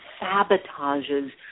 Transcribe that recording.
sabotages